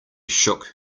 shook